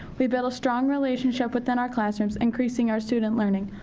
we build strong relationships within our classrooms, increasing our student learning.